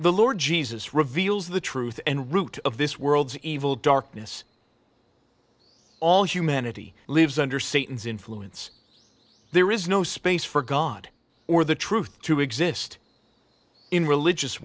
the lord jesus reveals the truth and root of this world's evil darkness all humanity lives under satan's influence there is no space for god or the truth to exist in religious